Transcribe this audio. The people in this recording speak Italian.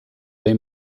dai